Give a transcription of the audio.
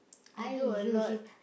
I do a lot